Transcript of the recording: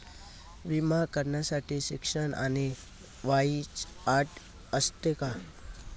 विमा काढण्यासाठी शिक्षण आणि वयाची अट असते का?